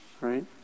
right